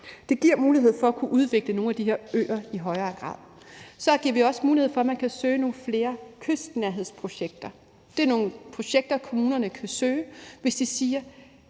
Det giver mulighed for at kunne udvikle nogle af de her øer i højere grad. Så giver vi også mulighed for, at man kan søge om nogle flere kystnærhedsprojekter. Det er nogle projekter, kommunerne kan søge om, hvis de siger,